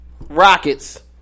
Rockets